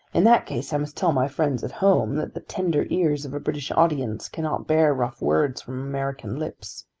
in that case i must tell my friends at home that the tender ears of a british audience cannot bear rough words from american lips.